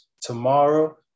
tomorrow